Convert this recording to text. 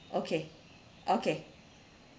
okay okay